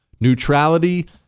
Neutrality